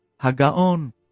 HaGaon